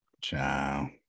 child